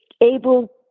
able